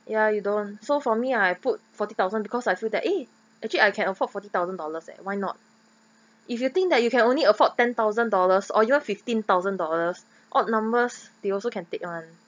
ya you don't so for me I put forty thousand because I feel that eh actually I can afford forty thousand dollars eh why not if you think that you can only afford ten thousand dollars or you have fifteen thousand dollars odd numbers they also can take [one]